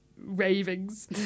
ravings